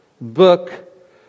book